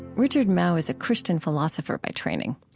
richard mouw is a christian philosopher by training.